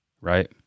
right